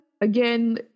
again